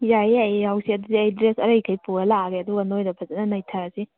ꯌꯥꯏꯌꯦ ꯌꯥꯏꯌꯦ ꯌꯥꯎꯁꯦ ꯑꯗꯨꯗꯤ ꯑꯩ ꯗ꯭ꯔꯦꯁ ꯑꯔꯩꯈꯩ ꯄꯨꯔ ꯂꯥꯛꯑꯒꯦ ꯑꯗꯨꯒ ꯅꯣꯏꯗ ꯐꯖꯟꯅ ꯅꯩꯊꯔꯁꯤ